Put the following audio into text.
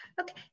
Okay